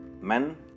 Men